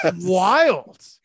Wild